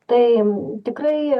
taim tikrai